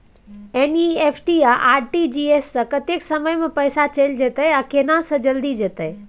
NEFT आ RTGS स कत्ते समय म पैसा चैल जेतै आ केना से जल्दी जेतै?